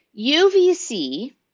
UVC